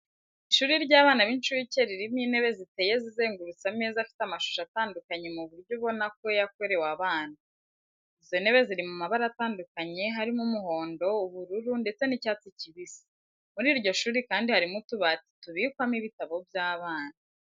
Ishuri ry'abana b'inshuke ririmo intebe ziteye zizengurutse ameza afite amashusho atandukanye mu buryo ubona ko yakorewe abana. Izo ntebe ziri mu mabara atandukanye harimo umuhondo, ubururu ndetse n'icyatsi kibisi. Muri iryo shuri kandi harimo utubati tubikwamo ibitabo by'abana.